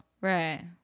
Right